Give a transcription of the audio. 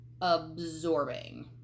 absorbing